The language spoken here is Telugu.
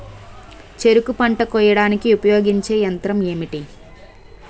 చెరుకు పంట కోయడానికి ఉపయోగించే యంత్రం ఎంటి?